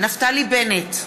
נפתלי בנט,